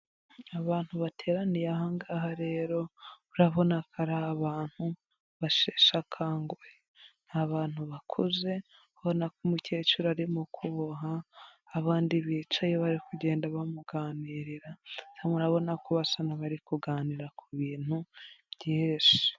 Abantu bateraniye ahangaha rero, urabona ka abantu basheshe akanguhe nia abantu bakuzebonako umukecuru arimo kuboha, abandi bicaye bari kugenda bamuganirira urabona ko basa nk'abari kuganira ku bintu byinshe.